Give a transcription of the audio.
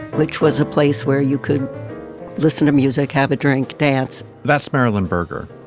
which was a place where you could listen to music, habit, drink, dance that's marilyn berger.